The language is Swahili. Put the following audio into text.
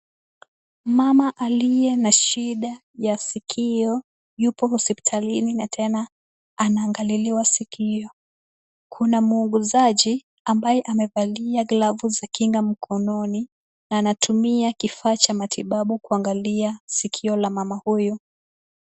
Mama aliye na shida ya sikio yupo hospitalini na tena anaangaliliwa sikio. Kuna muuguzaji ambaye amevalia glavu za kinga mkononi na anatumia kifaa cha matibabu kuangalia sikio la mama huyu.